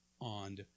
on